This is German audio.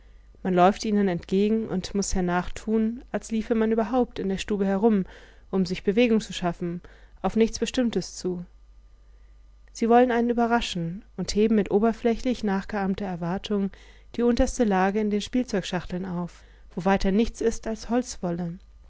man läuft ihnen entgegen und muß hernach tun als liefe man überhaupt in der stube herum um sich bewegung zu schaffen auf nichts bestimmtes zu sie wollen einen überraschen und heben mit oberflächlich nachgeahmter erwartung die unterste lage in den spielzeugschachteln auf wo weiter nichts ist als holzwolle